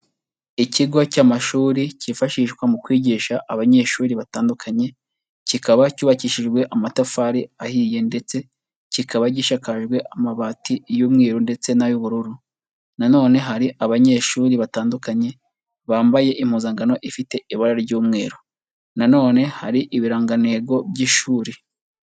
Ikigo cy'amashuri cyifashishwa mu kwigisha abanyeshuri batandukanye, kikaba cyubakishijwe amatafari ahiye, ndetse kikaba gishakajwe amabati y'umweru ndetse n'ay'ubururu; nanone hari abanyeshuri batandukanye bambaye impuzankano ifite ibara ry'umweru, nanone hari ibirangantego by'ishuri.